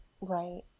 Right